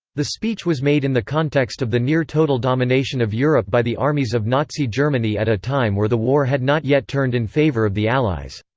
the speech was made in the context of the near total domination of europe by the armies of nazi germany at a time were the war had not yet turned in favour of the allies.